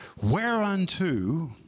Whereunto